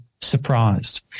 surprised